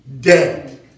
Dead